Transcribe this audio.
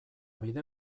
bide